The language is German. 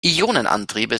ionenantriebe